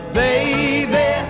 baby